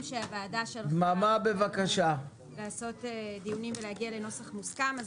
שהוועדה שלחה אותנו לעשות דיונים ולהגיע לנוסח מוסכם.